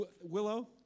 Willow